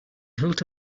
hilt